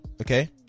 okay